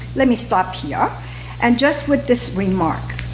let me stop here and just with this remark,